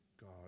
god